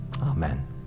amen